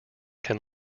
can